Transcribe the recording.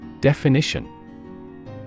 Definition